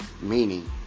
meaning